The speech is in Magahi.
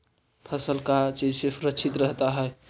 फसल का चीज से सुरक्षित रहता है?